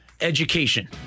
education